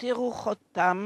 הותירו חותם